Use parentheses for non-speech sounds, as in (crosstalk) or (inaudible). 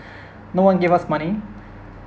(breath) no one give us money